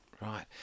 Right